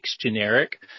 generic